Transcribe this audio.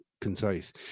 concise